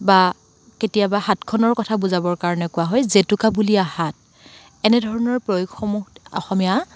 বা কেতিয়াবা হাতখনৰ কথা বুজাবৰ কাৰণে কোৱা হয় জেতুকাবুলীয়া হাত এনেধৰণৰ প্ৰয়োগসমূহ অসমীয়া